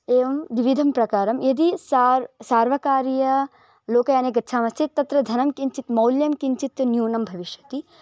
एवं द्विविधं प्रकारः यदि सार् सार्वकारीयलोकयाने गच्छामश्चेत् तत्र धनं किञ्चित् मौल्यं किञ्चित् न्यूनं भविष्यति